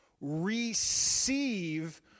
Receive